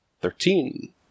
Thirteen